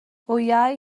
wyau